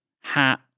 hat